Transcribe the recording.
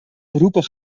beroepen